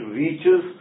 reaches